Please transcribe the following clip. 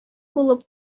булып